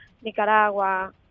Nicaragua